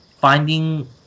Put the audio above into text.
finding